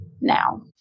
now